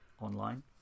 online